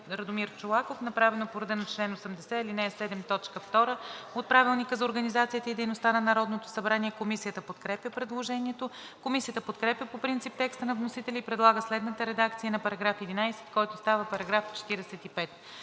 Радомир Чолаков, направено по реда на чл. 80, ал. 7, т. 2 от Правилника за организацията и дейността на Народното събрание. Комисията подкрепя предложението. Комисията подкрепя по принцип текста на вносителя и предлага следната редакция на § 18, който става § 64: „§ 64.